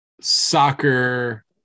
soccer